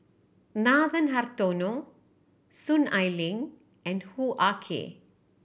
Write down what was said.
Nathan Hartono Soon Ai Ling and Hoo Ah Kay